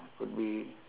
would be